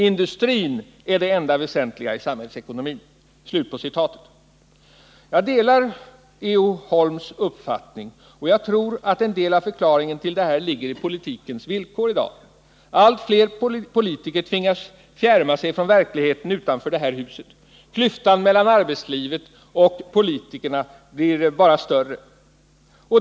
Industrin är det enda väsentliga i samhällsekonomin.” Jag delar E. O. Holms uppfattning, och jag tror att en del av förklaringen till företeelsen ligger i politikens villkor i dag. Allt fler politiker tvingas fjärma sig från verkligheten utanför detta hus. Klyftan mellan arbetslivet och politikerna blir bara större.